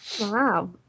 Wow